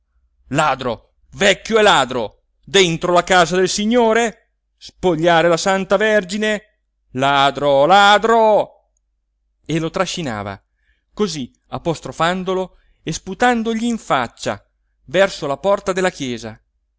ladro vecchio e ladro dentro la casa del signore spogliare la santa vergine ladro ladro e lo trascinava così apostrofandolo e sputandogli in faccia verso la porta della chiesa